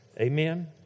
Amen